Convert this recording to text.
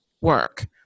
work